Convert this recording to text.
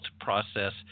process